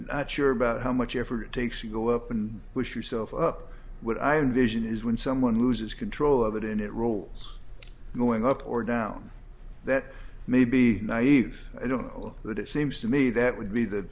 not sure about how much effort it takes to go up and push yourself up what i envision is when someone loses control of it and it rules going up or down that may be naive i don't know that it seems to me that would be the